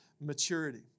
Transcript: maturity